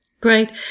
Great